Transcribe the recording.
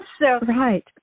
Right